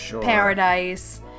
paradise